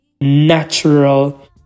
natural